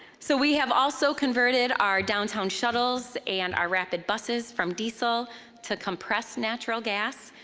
so we have also converted our downtown shuttles and our rapid buses from diesel to compressed natural gas,